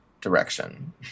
direction